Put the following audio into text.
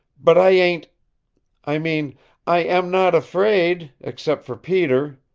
but i ain't i mean i am not afraid, except for peter.